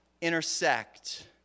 intersect